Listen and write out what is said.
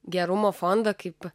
gerumo fondo kaip